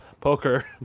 poker